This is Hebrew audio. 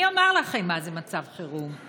אני אומר לכם מה זה מצב חירום: